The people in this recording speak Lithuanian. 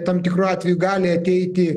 tam tikru atveju gali ateiti